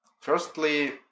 Firstly